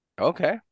okay